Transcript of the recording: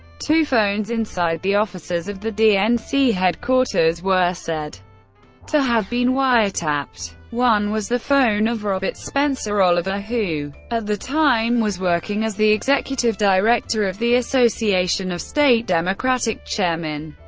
two phones inside the offices of the dnc headquarters were said to have been wiretapped one was the phone of robert spencer oliver, who at the time was working as the executive director of the association of state democratic chairmen,